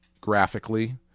graphically